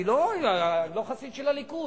אני לא חסיד של הליכוד,